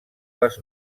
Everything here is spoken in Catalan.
les